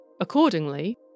Accordingly